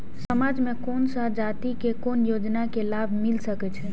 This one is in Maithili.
समाज में कोन सा जाति के कोन योजना के लाभ मिल सके छै?